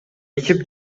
ичип